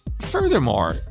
Furthermore